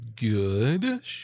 good